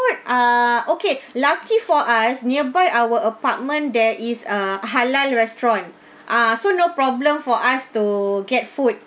uh okay lucky for us nearby our apartment there is a halal restaurant ah so no problem for us to get food